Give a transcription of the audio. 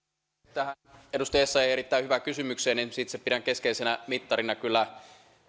tähän edustaja essayahn erittäin hyvään kysymykseen niin itse pidän keskeisenä mittarina kyllä